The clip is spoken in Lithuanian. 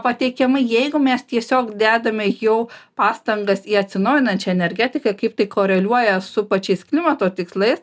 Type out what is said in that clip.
pateikiama jeigu mes tiesiog dedame jau pastangas į atsinaujinančią energetiką kaip tai koreliuoja su pačiais klimato tikslais